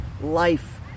life